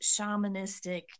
shamanistic